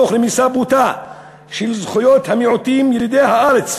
תוך רמיסה בוטה של זכויות המיעוטים ילידי הארץ,